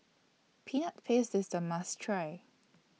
Peanut Paste IS A must Try